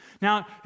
Now